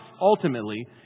ultimately